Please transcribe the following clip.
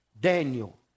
Daniel